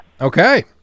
Okay